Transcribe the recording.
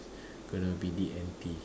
gonna be D and T